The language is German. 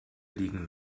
liegen